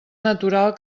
natural